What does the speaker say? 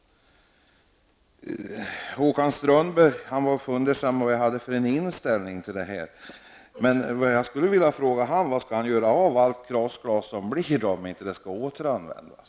Håkan Strömberg var fundersam och undrade vilken inställning jag hade till detta. Jag skulle vilja fråga honom var han skall göra av allt krossglas om det inte skall återanvändas.